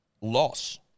loss